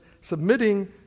submitting